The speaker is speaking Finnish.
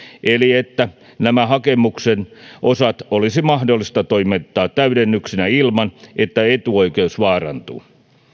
eli että nämä hakemuksen osat olisi mahdollista toimittaa täydennyksenä ilman että etuoikeus vaarantuu